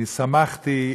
אני שמחתי,